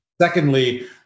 secondly